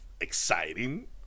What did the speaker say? exciting